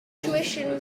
tuition